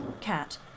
Cat